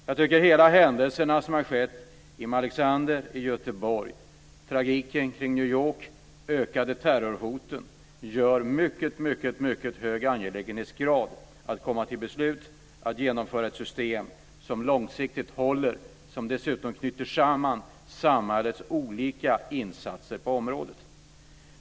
Jag tycker att de händelser som har ägt rum i Malexander och i Göteborg, tragiken kring New York och de ökade terrorhoten gör att det blir en mycket hög angelägenhetsgrad i fråga om att komma till beslut och att genomföra ett system som långsiktigt håller och som dessutom knyter samman samhällets olika insatser på området.